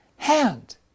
hand